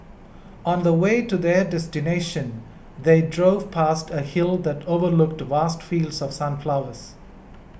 on the way to their destination they drove past a hill that overlooked vast fields of sunflowers